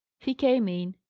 he came in,